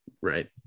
right